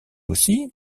aussi